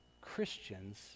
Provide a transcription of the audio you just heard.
Christians